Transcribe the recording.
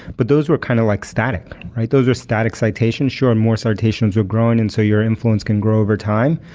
but those were kind of like static, right? those are static citation. sure and more citations are growing, and so your influence can grow over time,